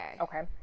Okay